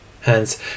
Hence